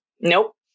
Nope